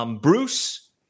Bruce